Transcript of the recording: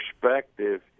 perspective